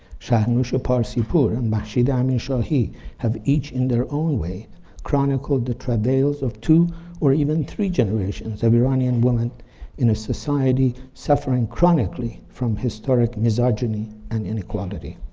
shahrnush parsipur and mashid amirshahy have each in their own way chronicled the travails of two or even three generations of iranian women in a society suffering chronically from historic misogyny and inequality.